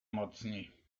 mocniej